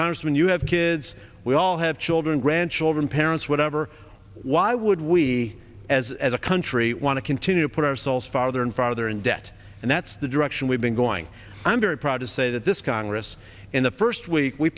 congressman you have kids we all have children grandchildren parents whatever why would we as a country want to continue to put ourselves father and father in debt and that's the direction we've been going i'm very proud to say that this congress in the first week we